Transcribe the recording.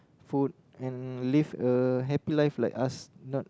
food and live a happy life like us not